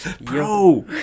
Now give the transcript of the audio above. Bro